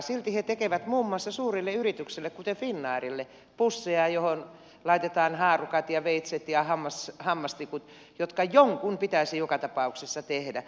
silti he tekevät muun muassa suurille yrityksille kuten finnairille pusseja joihin laitetaan haarukat veitset ja hammastikut ja jotka jonkun pitäisi joka tapauksessa tehdä